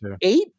eight